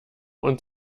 und